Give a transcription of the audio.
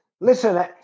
listen